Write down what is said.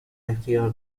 اختیار